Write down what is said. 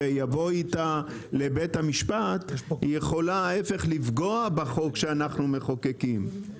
כשיבואו איתה לבית המשפט היא יכולה ההפך - לפגוע בחוק שאנחנו מחוקקים,